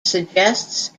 suggests